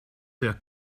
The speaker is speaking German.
der